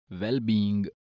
well-being